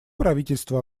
правительство